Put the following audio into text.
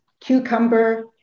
cucumber